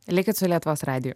likit su lietuvos radiju